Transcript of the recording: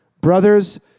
brothers